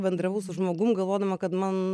bendravau su žmogum galvodama kad man